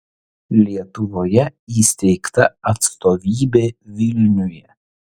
lietuvoje įsteigta atstovybė vilniuje